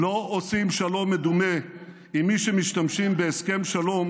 לא עושים שלום מדומה עם מי שמשתמשים בהסכם שלום,